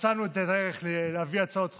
מצאנו את הדרך להביא הצעת חוק,